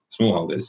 smallholders